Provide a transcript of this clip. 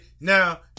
now